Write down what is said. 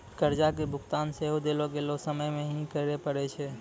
कर्जा के भुगतान सेहो देलो गेलो समय मे ही करे पड़ै छै